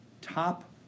top